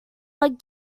but